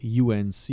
UNC